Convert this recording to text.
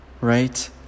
right